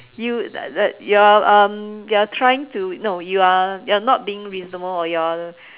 you uh you're um you're trying to no you're you're not being reasonable or you're